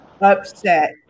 upset